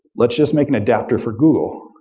let's just make an adapter for google.